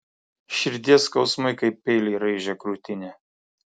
širdies skausmai kaip peiliai raižė krūtinę